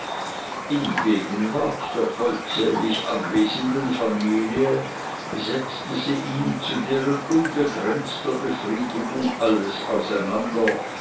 in gegenwart der vollzählig anwesenden familie setzte sie ihm zu deren unbegrenzter befriedigung alles auseinander